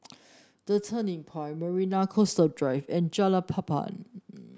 The Turning Point Marina Coastal Drive and Jalan Papan